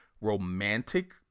romantic